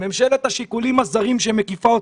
ממשלת שיקולים הזרים שמקיפה אתכם,